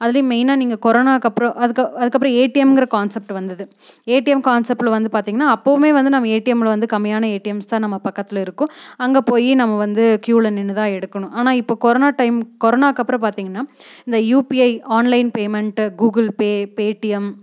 அதுல மெயின்னாக நீங்கள் கொரோனாக்கப்புறோம் அதுக்க அதுக்கப்புறோம் ஏடிஎம்கிற கான்செப்ட் வந்தது ஏடிஎம் கான்செப்ட்டில் வந்து பார்த்திங்கன்னா அப்போவுமே வந்து நம்ம ஏடிஎம்யில வந்து கம்மியான ஏடிஎம்ஸ் தான் நம்ம பக்கத்தில் இருக்கும் அங்கே போய் நம்ம வந்து க்யூவில நின்றுதான் எடுக்கணும் ஆனால் இப்போ கொரோனா டைம் கொரோனாக்கப்புறோம் பார்த்திங்கன்னா இந்த UPI online payment Google Pay Paytm